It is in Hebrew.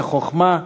בחוכמה,